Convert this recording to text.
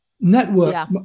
networks